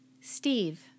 Steve